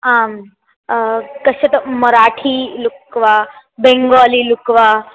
आम् कश्चित् मराठी लुक् वा बेङ्गोलि लुक् वा